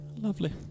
lovely